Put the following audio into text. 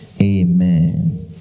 Amen